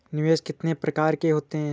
निवेश कितने प्रकार के होते हैं?